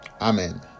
amen